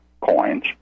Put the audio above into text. coins